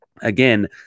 Again